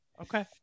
Okay